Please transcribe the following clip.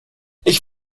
ich